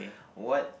what